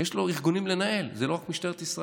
יש לו ארגונים לנהל, זה לא רק משטרת ישראל.